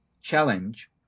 challenge